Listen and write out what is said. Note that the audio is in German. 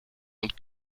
und